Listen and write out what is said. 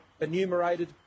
enumerated